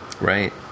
Right